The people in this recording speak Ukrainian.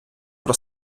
про